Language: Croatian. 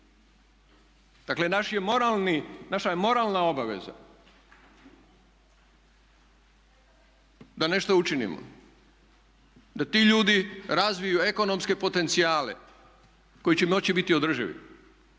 moralni, naša je moralna obaveza da nešto učinimo, da ti ljudi razviju ekonomske potencijale koji će moći biti održivi.